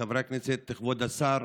חבריי חברי הכנסת, כבוד השר,